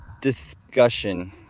discussion